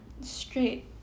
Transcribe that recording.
straight